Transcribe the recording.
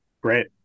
Great